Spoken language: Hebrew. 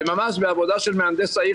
וממש בעבודה של מהנדס העיר,